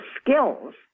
skills